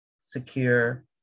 secure